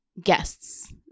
Guests